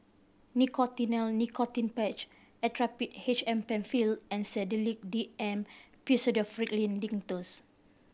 Nicotinell Nicotine Patch Actrapid H M Penfill and Sedilix D M Pseudoephrine Linctus